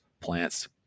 plants